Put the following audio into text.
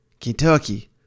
Kentucky